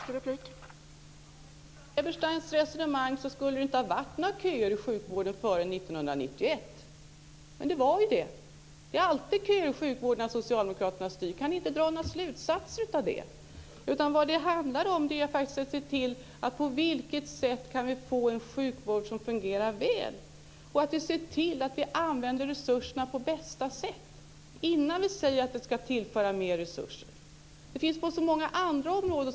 Fru talman! Med Susanne Ebersteins resonemang skulle det inte ha varit några köer i sjukvården före år 1991. Men det var ju det. Det är alltid köer i sjukvården när socialdemokraterna styr. Kan ni inte dra några slutsatser av det? Vad det handlar om är att se efter på vilket sätt vi kan få en sjukvård som fungerar väl. Vi måste se till att använda resurserna på bästa sätt innan vi säger att vi ska tillföra mer resurser. Det behövs resurser på så många andra områden.